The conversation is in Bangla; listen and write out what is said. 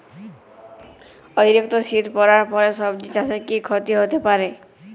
অতিরিক্ত শীত পরার ফলে সবজি চাষে কি ক্ষতি হতে পারে?